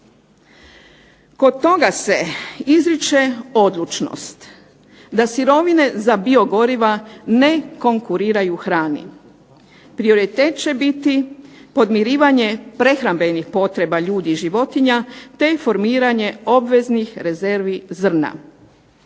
Kod toga se izriče odlučnost da sirovine iz biogoriva ne konkuriraju hrani, prioritet će biti podmirivanje prehrambenih potreba ljudi i životinja, te formiranje obveznih rezervi zrna.